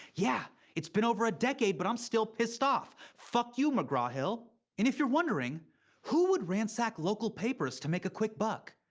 yeah, it's been over a decade, but i'm still pissed off. fuck you, mcgraw-hill! and if you're wondering who would ransack local papers to make a quick buck,